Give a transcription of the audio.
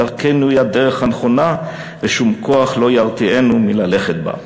שדרכנו היא הדרך הנכונה ושום כוח לא ירתיענו מללכת בה.